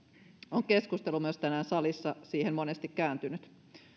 on keskustelu myös tänään salissa siihen monesti kääntynyt